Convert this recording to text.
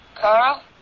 Carl